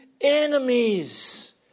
enemies